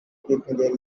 picnic